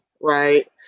right